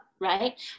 right